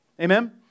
Amen